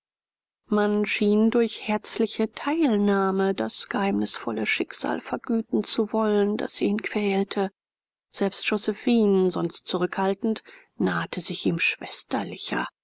man schien durch herzliche teilnahme das geheimnisvolle schicksal vergüten zu wollen das ihn quälte selbst josephine sonst zurückhaltend nahte sich ihm schwesterlicher